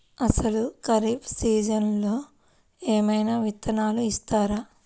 అసలు ఖరీఫ్ సీజన్లో ఏమయినా విత్తనాలు ఇస్తారా?